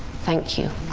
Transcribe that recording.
thank you.